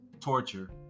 torture